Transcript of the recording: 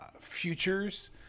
futures